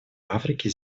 африки